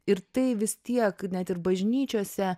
ir tai vis tiek net ir bažnyčiose